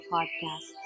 Podcast